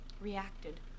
reacted